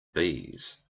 bees